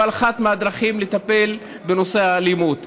אבל אחת הדרכים לטפל בנושא האלימות.